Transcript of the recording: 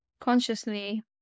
consciously